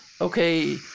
okay